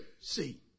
see